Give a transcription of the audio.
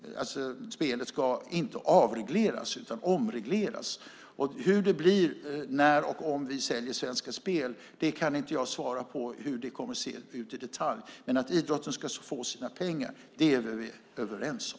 Spelet ska inte avregleras utan omregleras. Hur det blir när och om vi säljer Svenska Spel kan inte jag svara på i detalj. Men idrotten ska få sina pengar. Det är vi överens om.